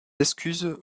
excuses